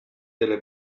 delle